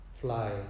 fly